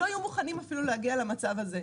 הם לא היו מוכנים אפילו להגיע למצב הזה.